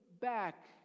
back